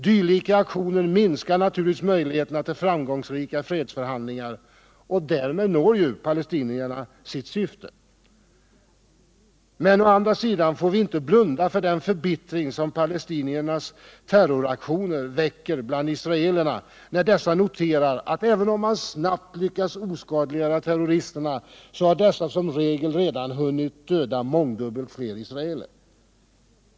Dylika aktioner minskar möjligheterna till framgångsrika fredsförhandlingar, och därmed når ju palestinierna sitt syfte. Å andra sidan får vi inte blunda för den förbittring som palestiniernas terroraktioner väcker bland israelerna, som noterar att även om man snabbt lyckas oskadliggöra terroristerna, har dessa som regel redan hunnit döda mångdubbelt fler israeler.